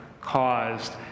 caused